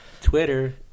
Twitter